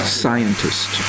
scientist